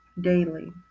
daily